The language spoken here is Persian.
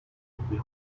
خوبیه